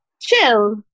chill